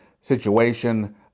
situation